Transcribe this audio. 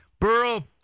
Burl